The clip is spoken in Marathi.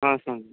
हा सांग